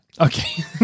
Okay